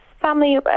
family